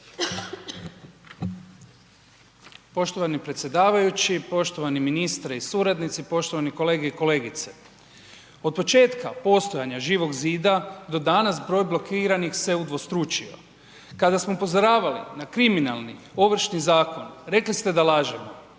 Poštovani predsjedavajući, poštovani ministre i suradnici, poštovani kolege i kolegice, od početka postojanja Živog zida do danas broj blokiranih se udvostručio. Kada smo upozoravali na kriminalni Ovršni zakon rekli ste da lažemo,